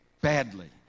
badly